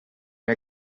you